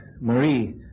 Marie